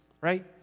right